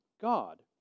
God